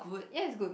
ya it's good